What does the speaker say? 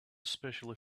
especially